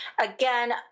Again